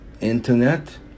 internet